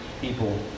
people